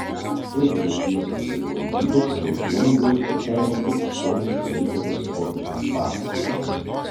klaipėdos miesto savivaldybė savo žinion ruošiasi perimti istorinį klaipėdos rotušės pastatą